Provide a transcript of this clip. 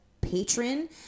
patron